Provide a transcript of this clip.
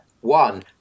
One